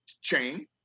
chain